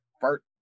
First